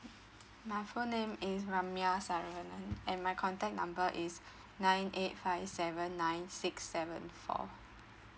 my full name is brahmayya saarinen and my contact number is nine eight five seven nine six seven four